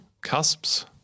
cusps